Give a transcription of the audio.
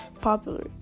popular